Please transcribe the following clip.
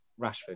Rashford